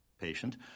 patient